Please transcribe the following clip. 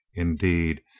indeed,